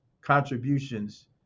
contributions